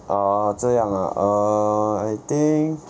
ah 这样 ah err I think